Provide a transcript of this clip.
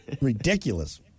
Ridiculous